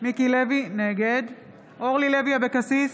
נגד אורלי לוי אבקסיס,